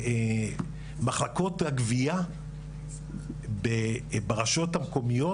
מחלקות הגביה ברשויות המקומיות,